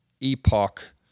epoch